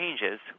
changes